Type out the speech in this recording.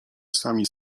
sami